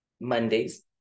Mondays